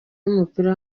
w’umupira